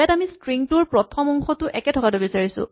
ইয়াত আমি ষ্ট্ৰিং টোৰ প্ৰথম অংশটো একে থকাটো বিচাৰিছো